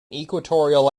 equatorial